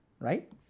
right